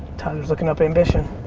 tyler's looking up ambition.